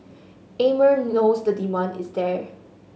Amer knows the demand is there